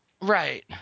Right